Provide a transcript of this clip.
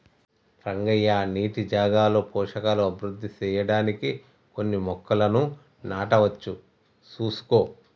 రంగయ్య నీటి జాగాలో పోషకాలు అభివృద్ధి సెయ్యడానికి కొన్ని మొక్కలను నాటవచ్చు సూసుకో